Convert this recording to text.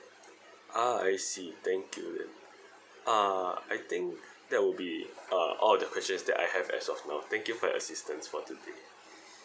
ah I see thank you then uh I think that would be uh all the questions that I have as of now thank you for your assistance for today